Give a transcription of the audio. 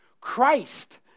Christ